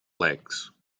legs